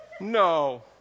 No